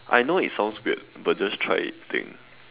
I know it sounds weird but just try it thing